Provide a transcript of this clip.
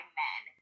men